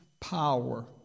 power